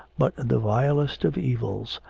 but the vilest of evils,